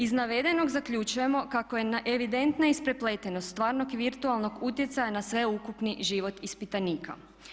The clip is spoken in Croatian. Iz navedenog zaključujemo kako je evidentna isplepetenost stvarnog i virtualnog utjecaja na sveukupni život ispitanika.